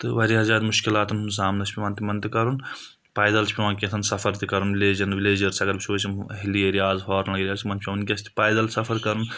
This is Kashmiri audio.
تہٕ واریاہ زیادٕ مُشکِلاتَن ہُنٛد سامنہٕ چھُ پَٮ۪وان تِمَن تہِ کرُن پَیدَل چھُ پیٚوان کینٛہہ ژھَن سَفر تہِ کرُن وِلَیجَن وِلَیجٲرٕس اگر وٕچھَو أسۍ یِم hilly areas far flung areas تِمَن چھُ ونٛکٮ۪س تہِ پَیدَل سفَر کرُن